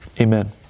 Amen